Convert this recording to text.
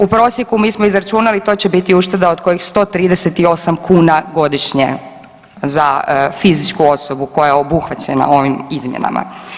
U prosjeku mi smo izračunali to će biti ušteda od kojih 138 kuna godišnje za fizičku osobu koja je obuhvaćena ovim izmjenama.